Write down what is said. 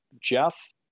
jeff